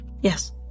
Yes